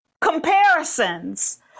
comparisons